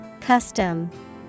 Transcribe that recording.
Custom